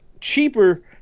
cheaper